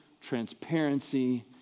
transparency